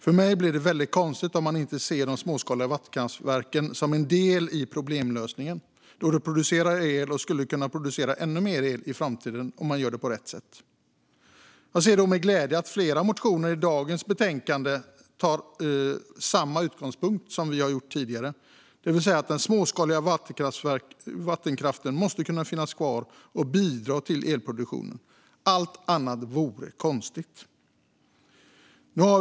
För mig blir det väldigt konstigt om man inte ser de småskaliga vattenkraftverken som en del i problemlösningen, då de producerar el och skulle kunna producera ännu mer el i framtiden om man gör rätt. Jag ser med glädje att flera motioner i dagens betänkande har samma utgångspunkt, det vill säga att den småskaliga vattenkraften måste kunna finnas kvar och bidra till elproduktionen. Allt annat vore konstigt.